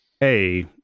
hey